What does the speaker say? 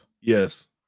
Yes